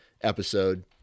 episode